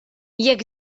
jekk